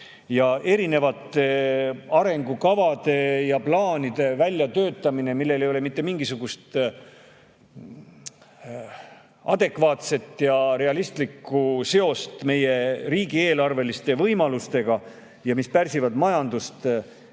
Erinevate arengukavade ja plaanide väljatöötamine, millel ei ole mitte mingisugust adekvaatset ja realistlikku seost meie riigieelarveliste võimalustega ja mis pärsivad majandust,